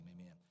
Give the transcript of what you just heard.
amen